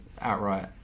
outright